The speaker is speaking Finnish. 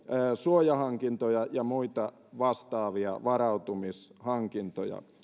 suojahankintoja ja muita vastaavia varautumishankintoja